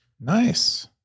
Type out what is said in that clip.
Nice